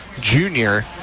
junior